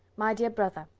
my dear brother,